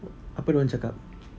apa diorang cakap